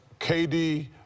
KD